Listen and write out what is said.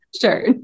Sure